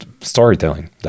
storytelling